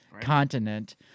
continent